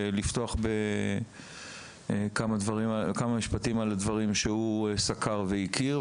שיספר לנו בכמה משפטים על הדברים אותם הוא סקר והכיר,